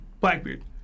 Blackbeard